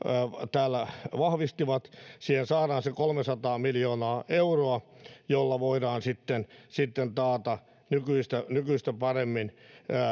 täällä vahvistivat siihen saadaan se kolmesataa miljoonaa euroa millä voidaan sitten sitten taata nykyistä nykyistä paremmin